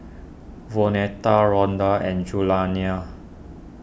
Vonetta Rondal and Julianna